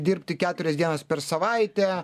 dirbti keturias dienas per savaitę